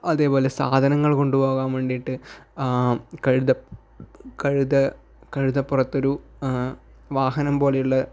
അതേപോലെ സാധനങ്ങൾ കൊണ്ട് പോകാൻ വേണ്ടിയിട്ട് കഴുത കഴുത കഴുതപ്പുറത്തൊരു വാഹനം പോലെയുള്ള